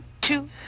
two